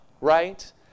right